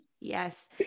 yes